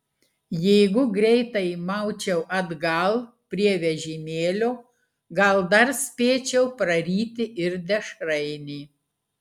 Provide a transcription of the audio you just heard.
jeigu greitai maučiau atgal prie vežimėlio gal dar spėčiau praryti ir dešrainį